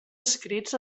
escrits